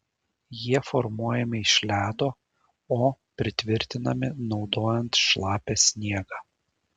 jie formuojami iš ledo o pritvirtinami naudojant šlapią sniegą